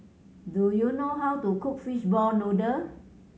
do you know how to cook fishball noodle